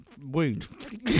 wound